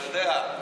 אתה יודע,